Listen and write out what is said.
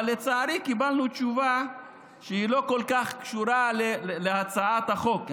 אבל לצערי קיבלנו תשובה שהיא לא כל כך קשורה להצעת החוק.